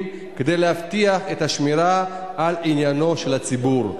כדי להבטיח את השמירה על עניינו של הציבור.